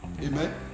Amen